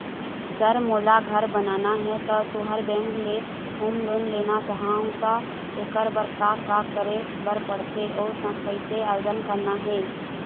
Sir मोला घर बनाना हे ता तुंहर बैंक ले होम लोन लेना चाहूँ ता एकर बर का का करे बर पड़थे अउ कइसे आवेदन करना हे?